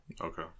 Okay